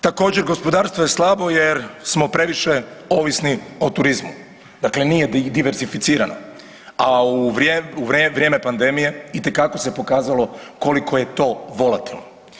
Također gospodarstvo je slabo jer smo previše ovisni o turizmu, dakle nije diversificirano, a u vrijeme pandemije itekako se pokazalo koliko je to volatilno.